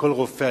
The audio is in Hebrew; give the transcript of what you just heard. וכל רופא,